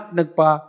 nagpa